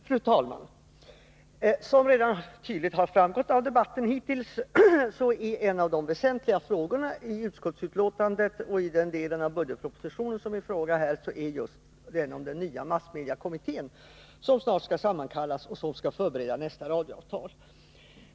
Fru talman! Som redan tidigare har framgått av debatten är en av de väsentliga frågorna i utskottsbetänkandet och i den del av budgetpropositionen som här kommer i fråga just den som handlar om den nya massmediekommittén, som snart skall sammankallas och som skall förbereda nästa radioavtal.